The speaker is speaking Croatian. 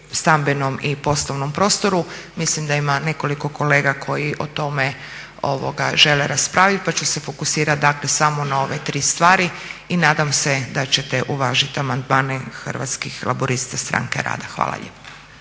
stambenom i poslovnom prostoru, mislim da ima nekoliko kolega koji o tome žele raspraviti pa ću se fokusirati samo na ove tri stvari i nadam se da ćete uvažiti amandmane Hrvatskih laburista-Stranke rada. Hvala lijepo.